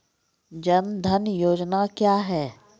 जन धन योजना क्या है?